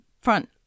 front